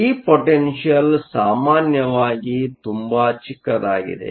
ಈ ಪೊಟೆನ್ಷಿಯಲ್ ಸಾಮಾನ್ಯವಾಗಿ ತುಂಬಾ ಚಿಕ್ಕದಾಗಿದೆ